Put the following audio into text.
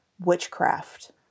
witchcraft